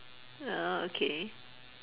ah okay